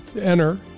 Enter